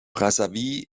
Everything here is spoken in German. brazzaville